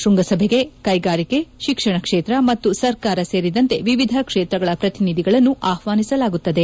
ಶ್ಬಂಗಸಭೆಗೆ ಕ್ಷೆಗಾರಿಕೆ ಶಿಕ್ಷಣ ಕ್ಷೇತ್ರ ಮತ್ತು ಸರ್ಕಾರ ಸೇರಿದಂತೆ ವಿವಿಧ ಕ್ಷೇತ್ರಗಳ ಪ್ರತಿನಿಧಿಗಳನ್ನು ಆಹ್ವಾನಿಸಲಾಗುತ್ತದೆ